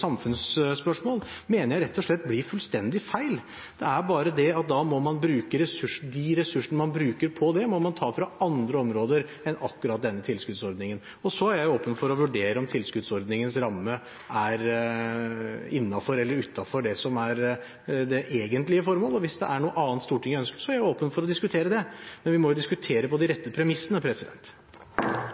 samfunnsspørsmål, mener jeg rett og slett blir fullstendig feil. Det er bare det at da må man ta de ressursene man bruker på det, fra andre områder enn akkurat denne tilskuddsordningen. Så er jeg åpen for å vurdere om tilskuddsordningens ramme er innenfor eller utenfor det som er det egentlige formålet. Hvis det er noe annet Stortinget ønsker, er jeg åpen for å diskutere det. Men vi må diskutere på de rette premissene.